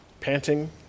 panting